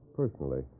personally